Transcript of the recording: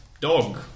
dog